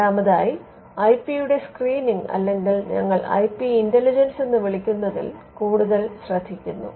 രണ്ടാമതായി ഐ പിയുടെ സ്ക്രീനിംഗ് അല്ലെങ്കിൽ ഞങ്ങൾ ഐ പി ഇന്റലിജൻസ് എന്ന് വിളിക്കുന്നതിൽ കൂടുതൽ ശ്രദ്ധിക്കുന്നു